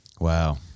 Wow